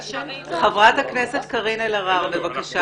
חברת הכנסת קארין אלהרר, בבקשה.